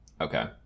Okay